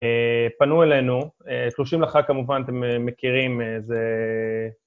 אה... פנו אלינו. תלושים לחג, כמובן, אתם מכירים אה... זה...